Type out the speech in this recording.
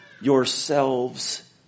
yourselves